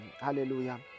Hallelujah